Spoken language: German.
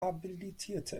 habilitierte